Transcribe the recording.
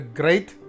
great